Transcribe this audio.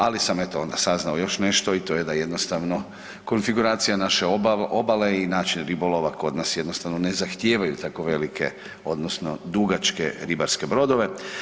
Ali sam eto onda saznao još nešto i to je da jednostavno konfiguracija naše obale i način ribolova kod nas jednostavno ne zahtijevaju tako velike odnosno dugačke ribarske brodove.